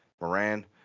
Moran